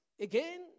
again